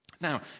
Now